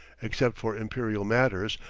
except for imperial matters,